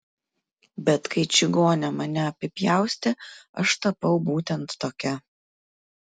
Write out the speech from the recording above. bet kai čigonė mane apipjaustė aš tapau būtent tokia